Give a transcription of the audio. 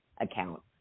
account